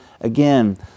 Again